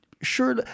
sure